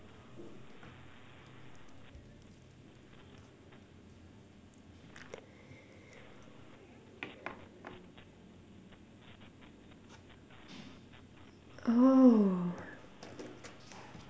oh